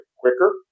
quicker